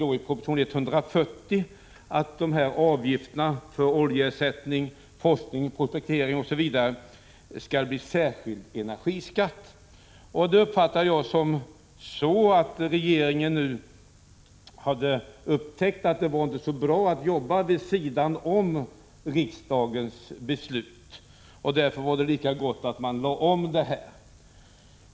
I proposition 140 föreslår regeringen att avgifterna för oljeersättande åtgärder, forskning, prospektering osv. skall omvandlas till en särskild energiskatt. Detta uppfattade jag så, att regeringen nu upptäckt att det inte är särskilt bra att så att säga jobba vid sidan av riksdagens beslut. Man menade nog att det därför är lika bra att göra en omläggning.